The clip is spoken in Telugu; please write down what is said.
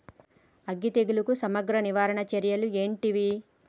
అగ్గి తెగులుకు సమగ్ర నివారణ చర్యలు ఏంటివి?